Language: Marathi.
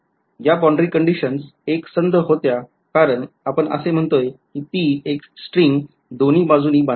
या boundary कंडिशन्स एकसंध होत्या कारण आपण असे म्हणतोय कि हि स्ट्रिंग दोन्ही बाजूला बांधलेली आहे